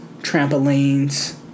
trampolines